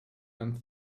and